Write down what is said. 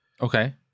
Okay